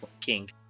King